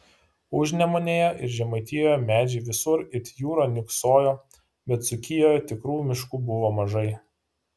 užnemunėje ir žemaitijoje medžiai visur it jūra niūksojo bet dzūkijoje tikrų miškų buvo mažai